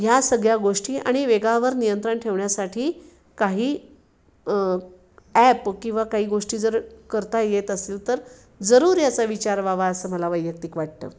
ह्या सगळ्या गोष्टी आणि वेगावर नियंत्रण ठेवण्यासाठी काही ॲप किंवा काही गोष्टी जर करता येत असेल तर जरूर याचा विचार व्हावा असं मला वैयक्तिक वाटते